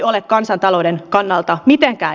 olen kansantalouden kannalta mitenkä